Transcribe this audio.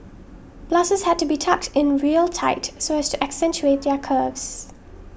blouses had to be tucked in real tight so as to accentuate their curves